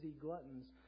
gluttons